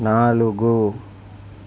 నాలుగు